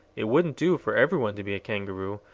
it wouldn't do for every one to be a kangaroo,